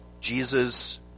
Jesus